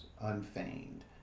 unfeigned